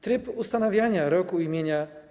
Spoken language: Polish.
Tryb ustanawiania roku im.